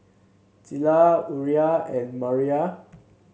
Zella Uriah and Maria